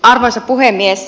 arvoisa puhemies